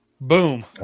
Boom